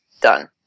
done